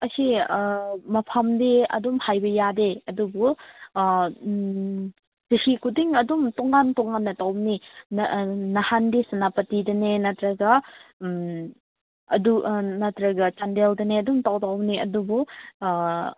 ꯑꯁꯤ ꯑꯥ ꯃꯐꯝꯗꯤ ꯑꯗꯨꯝ ꯍꯥꯏꯕ ꯌꯥꯗꯦ ꯑꯗꯨꯕꯨ ꯆꯍꯤ ꯈꯨꯗꯤꯡ ꯑꯗꯨꯝ ꯇꯣꯉꯥꯟ ꯇꯣꯉꯥꯟꯅ ꯇꯧꯕꯅꯤ ꯑꯥ ꯅꯍꯥꯟꯗꯤ ꯁꯦꯅꯥꯄꯇꯤꯗꯅꯦ ꯅꯠꯇ꯭ꯔꯒ ꯎꯝ ꯑꯗꯨ ꯑꯥ ꯅꯠꯇ꯭ꯔꯒ ꯆꯥꯟꯗꯦꯜꯗꯅꯦ ꯑꯗꯨꯝ ꯇꯧꯗꯧꯕꯅꯦ ꯑꯗꯨꯕꯨ ꯑꯥ